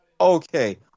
okay